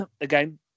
again